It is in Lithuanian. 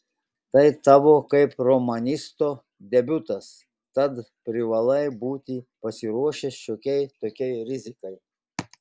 tai tavo kaip romanisto debiutas tad privalai būti pasiruošęs šiokiai tokiai rizikai